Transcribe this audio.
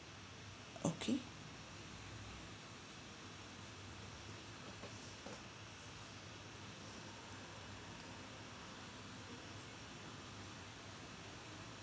okay